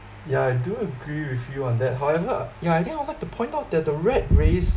ya I do agree with you on that however yeah I think I want to point out that the rat race